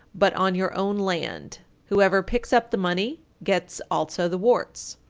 but on your own land. whoever picks up the money gets also the warts.